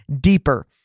deeper